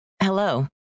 Hello